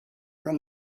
from